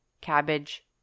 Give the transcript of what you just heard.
cabbage